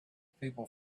people